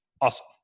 Awesome